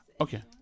Okay